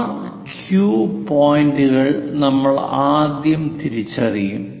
R Q പോയിന്റുകൾ നമ്മൾ ആദ്യം തിരിച്ചറിയും